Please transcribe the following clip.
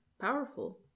powerful